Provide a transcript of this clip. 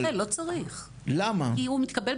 לא צריך, כי הוא מתקבל.